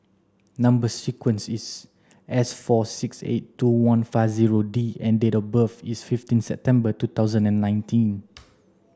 number sequence is S four six eight two one five zero D and date of birth is fifteen September two thousand and nineteen